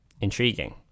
Intriguing